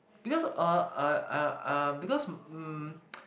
because uh uh uh uh because um